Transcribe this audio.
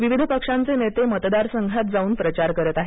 विविध पक्षांचे नेते मतदारसंघात जाऊन प्रचार करत आहेत